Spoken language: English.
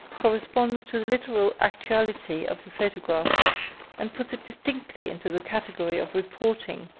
corresponds to the literal actuality of the photograph and puts it distinctly into the category of reporting